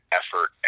effort